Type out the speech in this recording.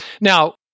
now